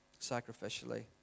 sacrificially